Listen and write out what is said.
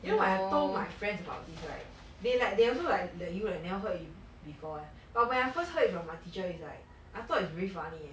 you know when I told my friends about this right they like they also like like you like never heard before but when I first heard is from my teacher is like I thought is really funny eh